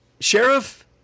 Sheriff